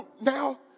now